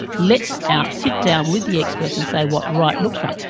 let's ah sit down with the experts and say what right looks like.